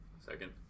second